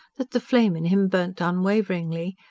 that the flame in him burnt unwaveringly,